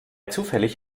zufällig